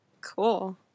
Cool